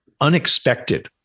unexpected